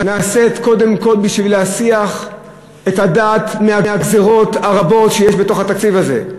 קודם כול בשביל להסיח את הדעת מהגזירות הרבות שיש בתקציב הזה.